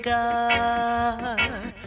God